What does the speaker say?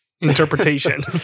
interpretation